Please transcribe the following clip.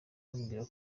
bambwira